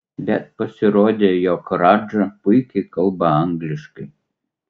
bet pasirodė jog radža puikiai kalba angliškai